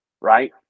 Right